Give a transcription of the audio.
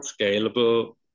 scalable